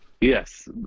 Yes